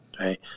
right